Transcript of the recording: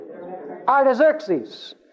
Artaxerxes